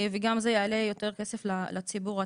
וגם זה יעלה יותר כסף לציבור עצמו.